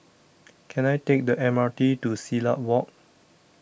Can I Take The M R T to Silat Walk